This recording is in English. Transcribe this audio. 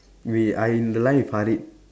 we I in the line with Harid